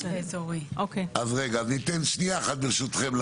אז ניתן ברשותכם ל